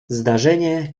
zdarzenie